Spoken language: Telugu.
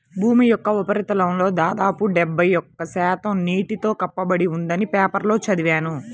భూమి యొక్క ఉపరితలంలో దాదాపు డెబ్బై ఒక్క శాతం నీటితో కప్పబడి ఉందని పేపర్లో చదివాను